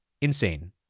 insane